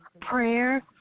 prayer